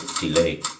delay